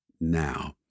now